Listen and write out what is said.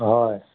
হয়